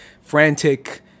frantic